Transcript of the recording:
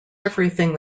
everything